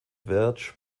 verdes